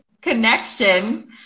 connection